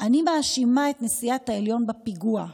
"אני מאשימה את נשיאת העליון בפיגוע.